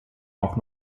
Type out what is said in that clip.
auch